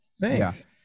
thanks